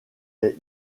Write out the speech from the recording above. est